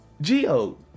Geo